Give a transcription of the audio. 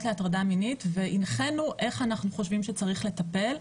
להטרדה מינית והנחינו איך אנחנו חושבים שצריך לטפל.